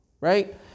right